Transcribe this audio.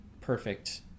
perfect